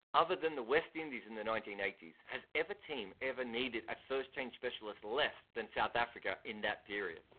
other than the west indies in the nineteen eighty s, has any team ever needed a first change specialist less than south africa in that period?